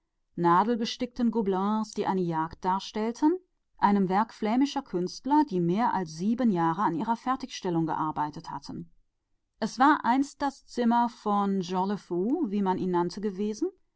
behangen die eine jagd darstellten sie stammten von einigen flämischen künstlern die mehr als sieben jahre zu ihrer vollendung gebraucht hatten das war einmal das zimmer des jean le fou gewesen wie man ihn nannte